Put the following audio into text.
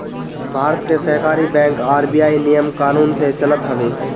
भारत के सहकारी bank RBI नियम कानून से चलत हवे